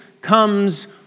comes